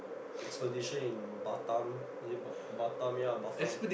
expedition in Batam is it ba~ Batam ya Batam